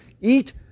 eat